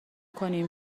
کنیم